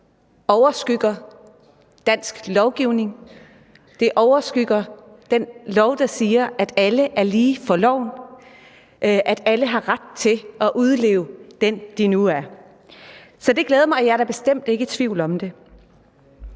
som overskygger dansk lovgivning, overskygger den lov, der siger, at alle er lige for loven, og at alle har ret til at udleve den, de nu er. Så det, ministeren siger, glæder mig, og jeg var bestemt heller ikke i tvivl om det,